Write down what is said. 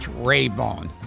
Raybone